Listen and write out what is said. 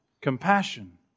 compassion